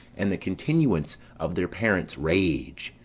and the continuance of their parents' rage,